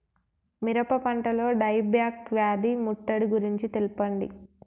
మిరప పంటలో dieback వ్యాధి ముట్టడి గురించి తెల్పండి?